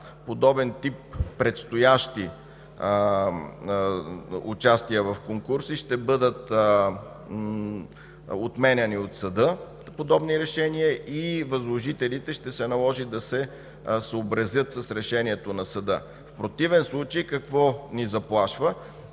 подобен тип предстоящи участия в конкурси, ще бъдат отменяни от съда подобни решения и възложителите ще се наложи да се съобразят с решението на съда. В противен случай, какво ни заплашва?